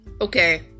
Okay